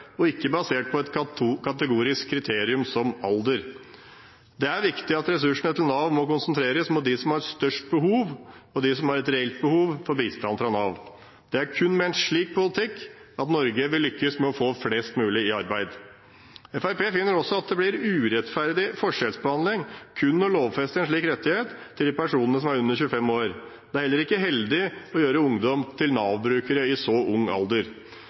og ikke være basert på et kategorisk kriterium som alder. Det er viktig at Navs ressurser konsentreres om dem som har størst behov, og om dem som har et reelt behov for bistand fra Nav. Det er kun med en slik politikk at Norge vil lykkes med å få flest mulig i arbeid. Fremskrittspartiet finner også at det blir en urettferdig forskjellsbehandling å lovfeste en slik rettighet kun for de personene som er under 25 år. Det er heller ikke heldig å gjøre ungdom til Nav-brukere i så ung alder.